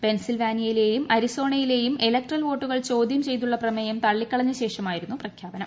പെൻസിൽവാനിയയിലെയും അരിസോണയിലേയും ഇലക്ട്രൽ വോട്ടുകൾ ചോദ്യം ചെയ്തുള്ള പ്രമേയം തള്ളിക്കളഞ്ഞ ശേഷമായിരുന്നു പ്രഖ്യാപനം